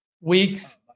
weeks